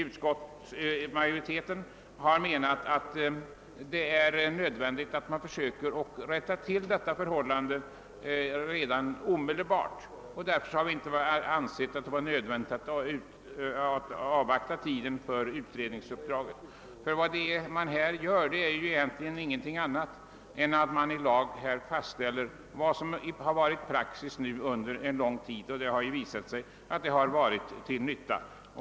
Utskottsmajoriteten har därför menat att det är nödvändigt att omedelbart försöka rätta till detta förhållande utan att avvakta att skogsskattekommitténs resultat föreligger. Men här föreslås egentligen ingenting annat än att man i lag fastställer vad som varit praxis under lång tid och som även visat sig vara till nytta.